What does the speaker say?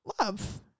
love